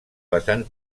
vessant